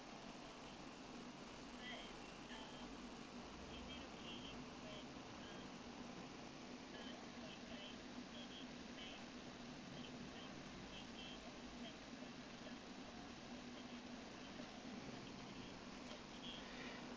ya